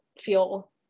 feel